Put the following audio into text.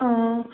آ